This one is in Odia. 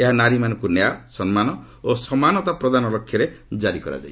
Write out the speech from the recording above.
ଏହା ନାରୀମାନଙ୍କୁ ନ୍ୟାୟ ସମ୍ମାନ ଓ ସମାନତା ପ୍ରଦାନ ଲକ୍ଷ୍ୟରେ ଜାରି କରାଯାଇଛି